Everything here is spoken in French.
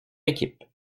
équipe